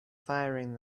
firing